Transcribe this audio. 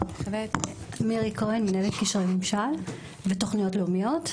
מירי כהן מנהלת קישרי ממשל ותוכניות לאומיות,